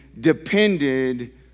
depended